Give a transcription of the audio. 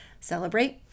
celebrate